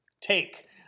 take